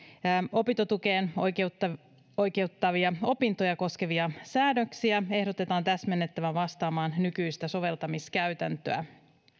opintotukeen oikeuttavia opintoja koskevia säännöksiä ehdotetaan täsmennettävän vastaamaan nykyistä soveltamiskäytäntöä